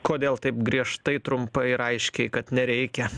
kodėl taip griežtai trumpai ir aiškiai kad nereikia